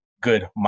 good